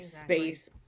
space